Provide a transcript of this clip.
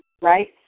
Right